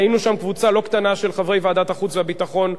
היינו שם קבוצה לא קטנה של חברי ועדת החוץ והביטחון,